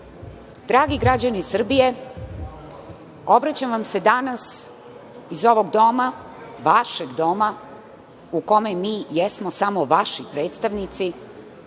Hvala. Dragi građani Srbije, obraćam vam se danas iz ovog Doma, vašeg Doma u kome mi jesmo samo vaši predstavnici